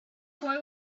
boy